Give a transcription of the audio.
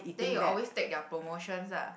then you always take their promotions ah